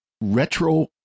Retro